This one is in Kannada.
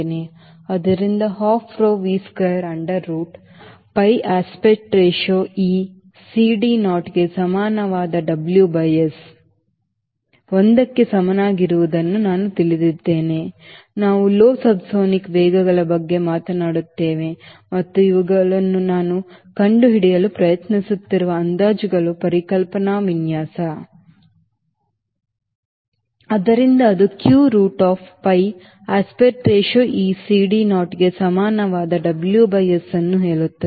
ಆದ್ದರಿಂದ half rho V square under root pi aspect ratio e CD naughtಕ್ಕೆ ಸಮಾನವಾದ WS 1 ಕ್ಕೆ ಸಮನಾಗಿರುವುದನ್ನು ನಾವು ತಿಳಿದಿದ್ದೇವೆ ನಾವು Low ಸಬ್ಸೋನಿಕ್ ವೇಗಗಳ ಬಗ್ಗೆ ಮಾತನಾಡುತ್ತೇವೆ ಮತ್ತು ಇವುಗಳು ನಾನು ಕಂಡುಹಿಡಿಯಲು ಪ್ರಯತ್ನಿಸುತ್ತಿರುವ ಅಂದಾಜುಗಳು ಪರಿಕಲ್ಪನಾ ವಿನ್ಯಾಸ ಆದ್ದರಿಂದ ಅದು q root of pi aspect ratio e CD naught ಕ್ಕೆ ಸಮಾನವಾದ W byS ಅನ್ನು ಹೇಳುತ್ತದೆ